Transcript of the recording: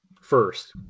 first